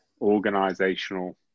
organizational